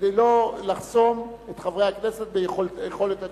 כדי לא לחסום את חברי הכנסת ביכולת הדיון.